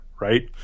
right